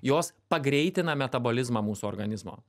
jos pagreitina metabolizmą mūsų organizmo